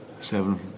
seven